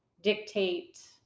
dictate